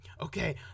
Okay